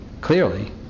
clearly